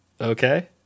Okay